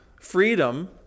Freedom